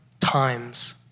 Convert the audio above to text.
times